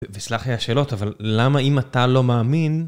וסלח לי השאלות, אבל למה אם אתה לא מאמין...